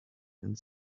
and